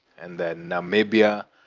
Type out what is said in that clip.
and then, namibia,